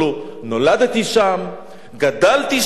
נולדתי שם,